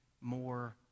more